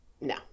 No